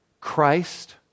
Christ